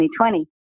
2020